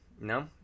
No